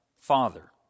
Father